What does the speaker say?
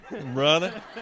brother